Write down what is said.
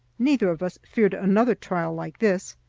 neither of us feared another trial like this.